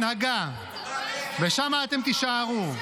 שירדתם מההנהגה, ושם אתם תישארו.